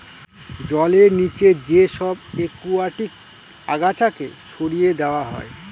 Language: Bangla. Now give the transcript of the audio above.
জলের নিচে যে সব একুয়াটিক আগাছাকে সরিয়ে দেওয়া হয়